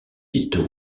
site